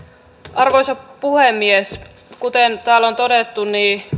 arvoisa puhemies kuten täällä on todettu